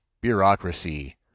bureaucracy